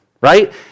right